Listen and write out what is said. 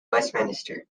westminster